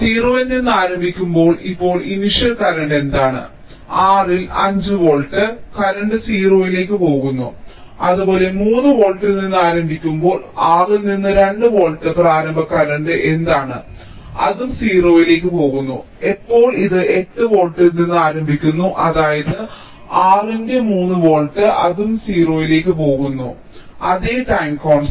0 ൽ നിന്ന് ആരംഭിക്കുമ്പോൾ ഇപ്പോൾ ഇനിഷ്യൽ കറന്റ് എന്താണ് R ൽ 5 വോൾട്ട് കറന്റ് 0 ലേക്ക് പോകുന്നു അതുപോലെ 3 വോൾട്ടിൽ നിന്ന് ആരംഭിക്കുമ്പോൾ R ൽ നിന്ന് 2 വോൾട്ട് പ്രാരംഭ കറന്റ് എന്താണ് അതും 0 ലേക്ക് പോകുന്നു എപ്പോൾ ഇത് 8 വോൾട്ടിൽ നിന്ന് ആരംഭിക്കുന്നു അതായത് R ന്റെ 3 വോൾട്ട് അതും 0 ലേക്ക് പോകുന്നു അതേ ടൈം കോൺസ്റ്റന്റ്